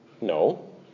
No